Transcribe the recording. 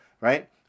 right